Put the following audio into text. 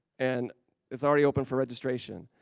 and its already open for registration.